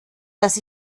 dass